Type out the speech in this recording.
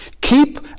Keep